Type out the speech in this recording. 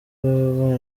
baba